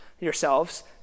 yourselves